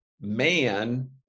man